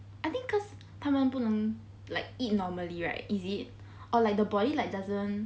I think cause 他们不能 like eat normally right is it or like the body like doesn't